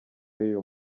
y’uyu